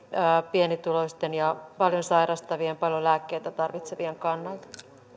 pienituloisten ja paljon sairastavien paljon lääkkeitä tarvitsevien kannalta